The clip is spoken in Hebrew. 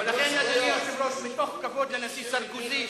מתוך כבוד לנשיא סרקוזי,